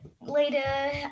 later